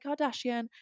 Kardashian